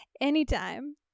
Anytime